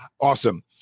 Awesome